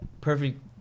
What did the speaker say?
perfect